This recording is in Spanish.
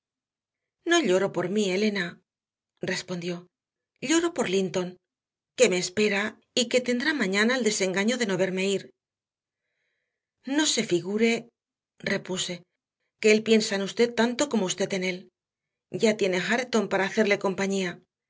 no lloro por mí elena respondió lloro por linton que me espera y que tendrá mañana el desengaño de no verme ir no se figure repuse que él piensa en usted tanto como usted en él ya tiene a hareton para hacerle compañía